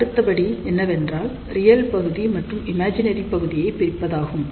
அடுத்தபடி என்னவென்றால் ரியல் பகுதி மற்றும் இமேஜினரி பகுதியை பிரிப்பதாகும்